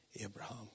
Abraham